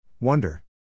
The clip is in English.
Wonder